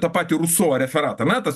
tą patį ruso referatą na tas